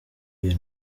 iyo